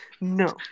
no